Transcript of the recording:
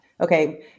okay